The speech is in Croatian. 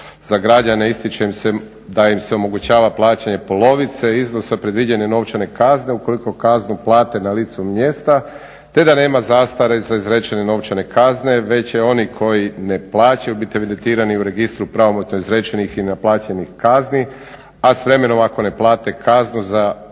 za građane ističe se da im se omogućava plaćanje polovice iznosa predviđene novčane kazne ukoliko kaznu plate na licu mjesta te da nema zastare za izrečene novčane kazne već će oni koji ne plaćaju biti evidentirani u Registru pravomoćno izrečenih i naplaćenih kazni a s vremenom ako ne plate kaznu za traženi